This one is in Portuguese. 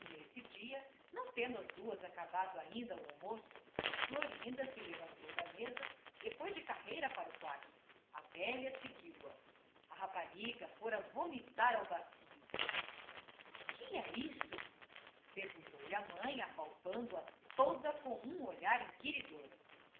nesse dia não tendo as duas acabado ainda o almoço florinda se levantou da mesa e foi de carreira para o quarto a velha seguiu-a a rapariga fora vomitar ao bacio que é isto perguntou-lhe a mãe apalpando a toda com um olhar inquiridor não